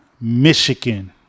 Michigan